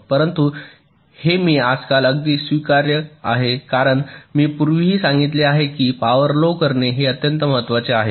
परंतु हे मी आजकाल अगदी स्वीकार्य आहे कारण मी पूर्वीही सांगितले आहे कीपॉवर लो करणे हे अत्यंत महत्त्वाचे आहे